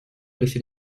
laissés